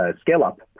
scale-up